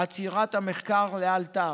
עצירת המחקר לאלתר,